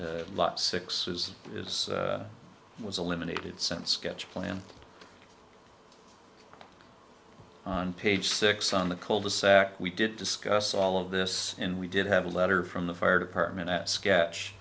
six was is was eliminated since getcha plan on page six on the cul de sac we did discuss all of this and we did have a letter from the fire department at sketch